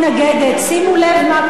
שימו לב מה קורה כאן.